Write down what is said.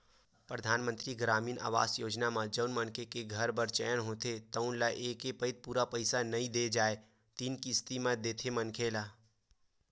परधानमंतरी गरामीन आवास योजना म जउन मनखे के घर बर चयन होथे तउन ल एके पइत पूरा पइसा ल नइ दे जाए तीन किस्ती म देथे मनखे ल